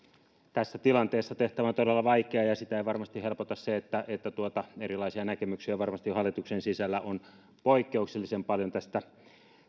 tässä tilanteessa tehtävä on todella vaikea ja sitä ei varmasti helpota se että että erilaisia näkemyksiä varmasti hallituksen sisällä on poikkeuksellisen paljon tästä